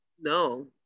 No